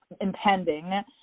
impending